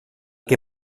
que